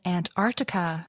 Antarctica